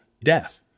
death